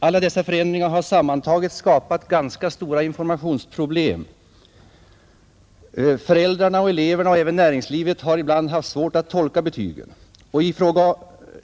Alla dessa förändringar tillsammans har skapat ganska stora informationsproblem. Föräldrarna, eleverna och även näringslivet har ibland haft svårt att tolka betygen.